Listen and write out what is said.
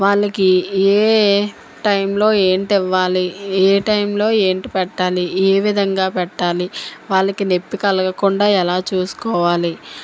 వాళ్ళకి ఏ టైంలో ఏంటి ఇవ్వాలి ఏ టైంలో ఏంటి పెట్టాలి ఏ విధంగా పెట్టాలి వాళ్ళకి నొప్పి కలగకుండా ఎలా చూసుకోవాలి